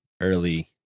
early